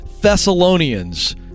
Thessalonians